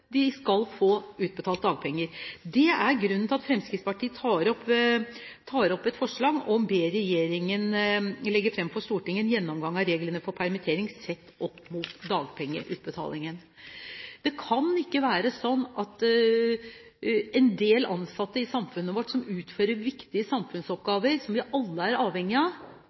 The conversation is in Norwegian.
de som er ansatt, skal få utbetalt dagpenger. Det er grunnen til at Fremskrittspartiet tar opp et forslag hvor vi ber regjeringen legge fram for Stortinget en gjennomgang av reglene for permittering sett opp mot dagpengeutbetalingen. Det kan ikke være sånn at en del ansatte i samfunnet vårt som utfører viktige samfunnsoppgaver, som vi alle er avhengig av